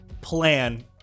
plan